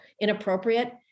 inappropriate